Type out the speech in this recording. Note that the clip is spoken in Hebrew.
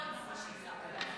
ממש הגזמת.